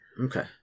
Okay